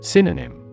Synonym